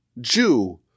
Jew